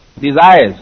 desires